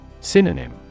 Synonym